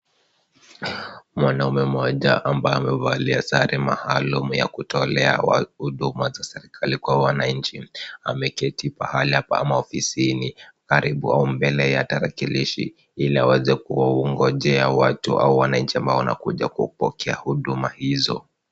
Mwanaume mmoja ambaye amevalia sare maalumu ya kutolea huduma za serikali kwa wananchi ameketi pahala pamo ofisini karibu na mbele ya tarakilishi ili aweze kuangojea watu au wananchi wanaokuja kupokea huduma hizo.